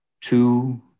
two